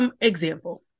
Example